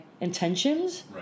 intentions